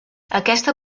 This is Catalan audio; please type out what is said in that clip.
aquesta